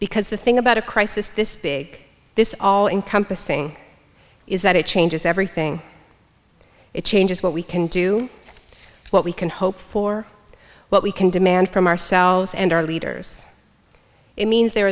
because the thing about a crisis this big this all encompassing is that it changes everything it changes what we can do what we can hope for what we can demand from ourselves and our leaders it means there